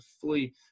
fully